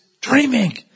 dreaming